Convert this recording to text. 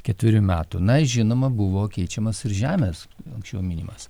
ketverių metų na žinoma buvo keičiamas ir žemės anksčiau minimas